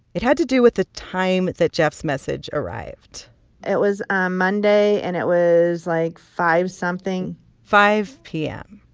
it had to do with the time that jeff's message arrived it was ah monday, and it was, like, five something five p m.